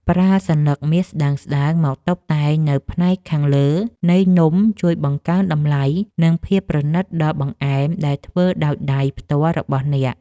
ប្រើសន្លឹកមាសស្តើងៗមកតុបតែងនៅផ្នែកខាងលើនៃនំជួយបង្កើនតម្លៃ និងភាពប្រណីតដល់បង្អែមដែលធ្វើដោយដៃផ្ទាល់របស់អ្នក។